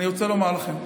אני רוצה לומר לכם,